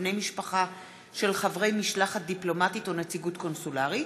בני משפחה של חברי משלחת דיפלומטית או נציגות קונסולרית,